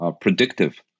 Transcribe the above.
predictive